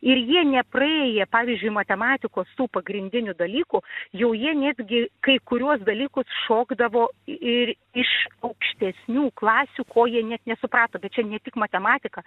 ir jie nepraėję pavyzdžiui matematikos tų pagrindinių dalykų jau jie netgi kai kuriuos dalykus šokdavo ir iš aukštesnių klasių ko jie net nesuprato bet čia ne tik matematika